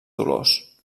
dolors